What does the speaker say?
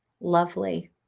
lovely